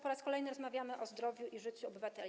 Po raz kolejny rozmawiamy o zdrowiu i życiu obywateli.